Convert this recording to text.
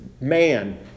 man